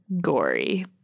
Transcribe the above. gory